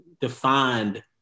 defined